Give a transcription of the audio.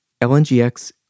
LNGX